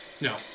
No